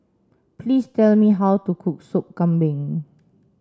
please tell me how to cook sop Kambing